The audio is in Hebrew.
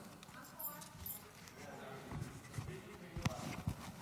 הצעה לסדר-היום, סליחה.